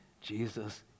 Jesus